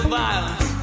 violence